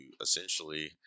essentially